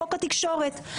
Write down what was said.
חוק התקשורת.